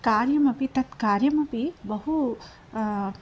कार्यमपि तत् कार्यमपि बहू